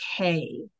okay